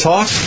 Talk